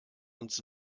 uns